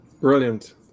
Brilliant